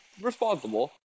responsible